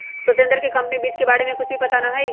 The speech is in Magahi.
सत्येंद्र के कंपनी वित्त के बारे में कुछ भी पता ना हई